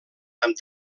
amb